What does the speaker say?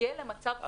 להסתגל למצב חדש.